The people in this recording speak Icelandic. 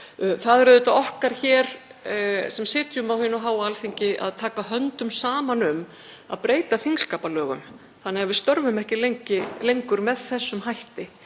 Það er auðvitað okkar hér sem sitjum á hinu háa Alþingi að taka höndum saman um að breyta þingskapalögum þannig að við störfum ekki lengur með þessum hætti.